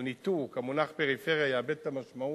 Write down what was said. הניתוק, המונח פריפריה יאבד את המשמעות,